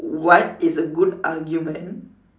what is a good argument